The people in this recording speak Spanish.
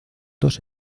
dos